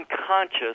unconscious